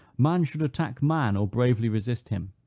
man should attack man, or bravely resist him.